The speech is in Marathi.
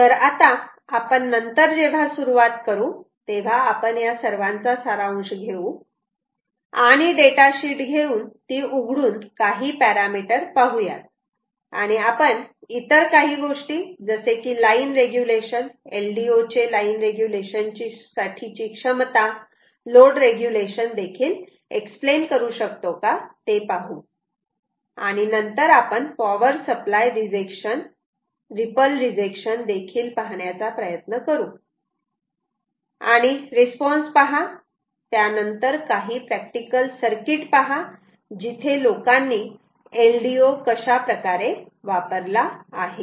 तर आता आपण नंतर जेव्हा सुरुवात करू तेव्हा आपण या सर्वांचा सारांश घेऊ आणि डेटा शीट घेऊन ती उघडून काही पॅरामीटर पाहुयात आणि आपण इतर काही गोष्टी जसे की लाईन रेग्युलेशन LDO ची लाईन रेग्युलेशन साठी क्षमता लोड रेग्युलेशन देखील एक्सप्लेन करू शकतो का ते पाहू आणि नंतर आपण power supply rejection ripple rejection देखील पाहण्याचा प्रयत्न करू आणि रिस्पॉन्स पहा त्यानंतर काही प्रॅक्टिकल सर्किट पहा जिथे लोकांनी LDO कशा प्रकारे वापरला आहे